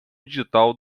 digital